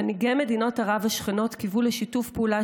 מנהיגי מדינות ערב השכנות קיוו לשיתוף פעולה